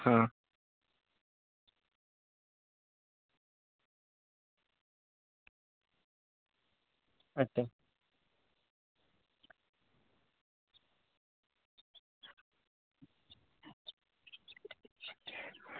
હા